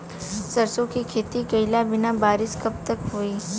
सरसों के खेती कईले बानी बारिश कब तक होई?